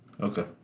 Okay